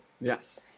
Yes